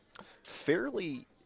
fairly